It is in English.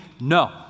No